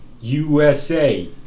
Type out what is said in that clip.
usa